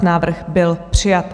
Návrh byl přijat.